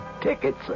tickets